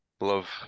Love